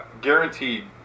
Guaranteed